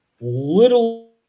little